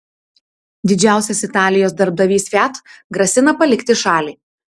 didžiausias italijos darbdavys fiat grasina palikti šalį